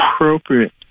appropriate